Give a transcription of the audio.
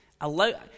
allow